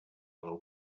del